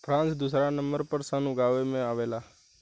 France दुसर number पर सन उगावे में आवेला